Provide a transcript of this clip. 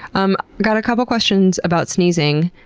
um got a couple of questions about sneezing.